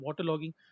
waterlogging